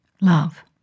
love